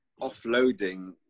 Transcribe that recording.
offloading